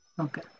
Okay